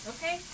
Okay